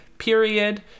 period